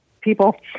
people